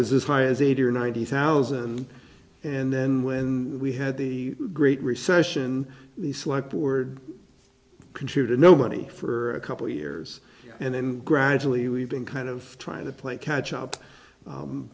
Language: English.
this high as eighty or ninety thousand and then when we had the great recession the slight board contributed no money for a couple of years and then gradually we've been kind of trying to play catch up